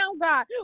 God